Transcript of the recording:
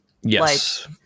Yes